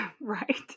right